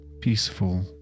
peaceful